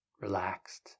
relaxed